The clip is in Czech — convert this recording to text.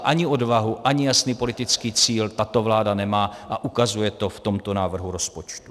Ani odvahu, ani jasný politický cíl tato vláda nemá a ukazuje to v tomto návrhu rozpočtu.